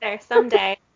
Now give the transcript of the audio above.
someday